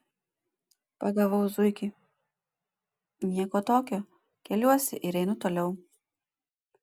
pagavau zuikį nieko tokio keliuosi ir einu toliau